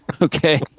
Okay